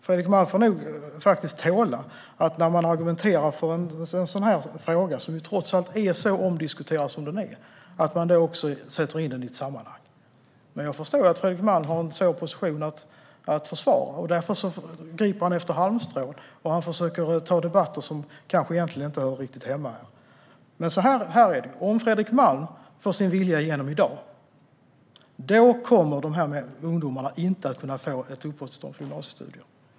Fredrik Malm får faktiskt tåla att man när man argumenterar för en sådan här fråga, som är så omdiskuterad, sätter in den i ett sammanhang. Men jag förstår att Fredrik Malm har en svår position att försvara och därför griper efter halmstrån och försöker ta debatter som egentligen inte hör hemma här. Så här är det: Om Fredrik Malm får sin vilja igenom i dag kommer dessa ungdomar inte att kunna få uppehållstillstånd för gymnasiestudier.